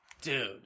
Dude